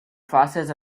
process